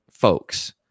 folks